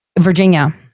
Virginia